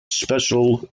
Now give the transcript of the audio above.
special